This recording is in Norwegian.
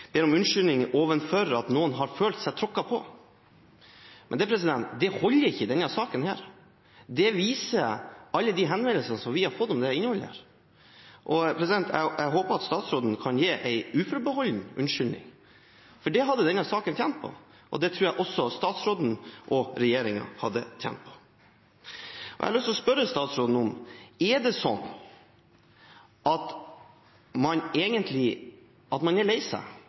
ber om unnskyldning for at noen har følt seg tråkket på, men det holder ikke i denne saken. Det viser alle de henvendelsene vi har fått om innholdet her. Jeg håper statsråden kan gi en uforbeholden unnskyldning, for det hadde denne saken tjent på. Det tror jeg også statsråden og regjeringen hadde tjent på. Jeg har lyst til å spørre statsråden: Er det slik at hun er lei seg, at